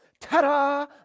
ta-da